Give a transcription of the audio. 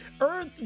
earth